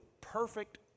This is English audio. perfect